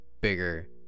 bigger